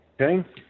Okay